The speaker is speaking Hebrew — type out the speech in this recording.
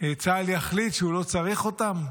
צה"ל יחליט שהוא לא צריך אותם?